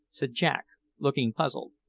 said jack, looking puzzled.